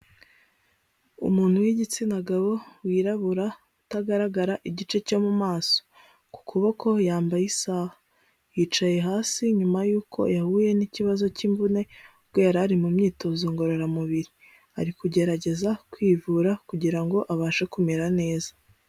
Umuntu w'igitsina gabo, wirabura, utagaragara igice cyo mu maso. Ku kuboko yambaye isaha. Yicaye hasi nyuma yuko yahuye n'ikibazo cy'imvune ubwo yari ari mu myitozo ngororamubiri. Ari kugerageza kwivura kugira ngo abashe kumera neza.